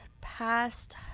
past